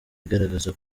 igaragaza